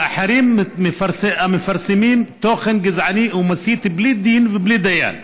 ואחרים מפרסמים תוכן גזעני ומסית בלי דין ובלי דיין.